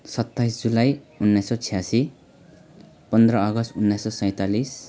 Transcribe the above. सत्ताइस जुलाई उन्नाइस सय छयासी पन्ध्र अगस्ट उन्नाइस सय सैँतालिस